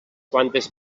quantes